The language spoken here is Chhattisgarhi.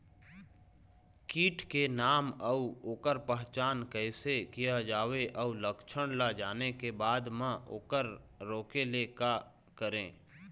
कीट के नाम अउ ओकर पहचान कैसे किया जावे अउ लक्षण ला जाने के बाद मा ओकर रोके ले का करें?